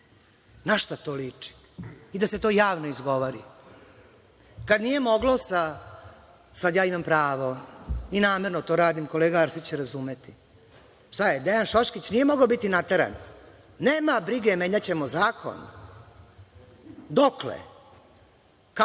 Na šta to liči? I da se to javno izgovori? Kada nije moglo sa, sada ja imam pravo i namerno to radim, kolega Arsić će razumeti, šta je, Dejan Šoškić nije mogao biti nateran? Nema brige, menjaćemo zakon. Dokle? Kako?